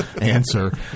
answer